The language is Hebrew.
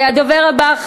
אני אומר לך: